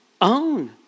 own